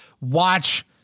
watch